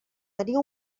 tenia